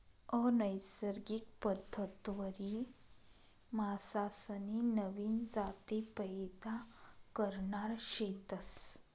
अनैसर्गिक पद्धतवरी मासासनी नवीन जाती पैदा करणार शेतस